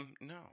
No